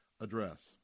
address